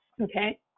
okay